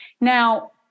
now